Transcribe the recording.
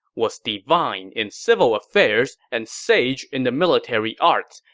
was divine in civil affairs and sage in the military arts,